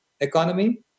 economy